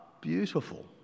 beautiful